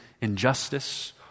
injustice